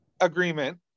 agreement